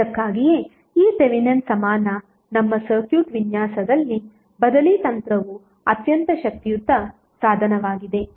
ಅದಕ್ಕಾಗಿಯೇ ಈ ಥೆವೆನಿನ್ ಸಮಾನ ನಮ್ಮ ಸರ್ಕ್ಯೂಟ್ ವಿನ್ಯಾಸದಲ್ಲಿ ಬದಲಿ ತಂತ್ರವು ಅತ್ಯಂತ ಶಕ್ತಿಯುತ ಸಾಧನವಾಗಿದೆ